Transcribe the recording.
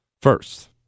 First